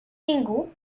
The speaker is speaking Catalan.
ningú